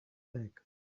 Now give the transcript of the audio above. bag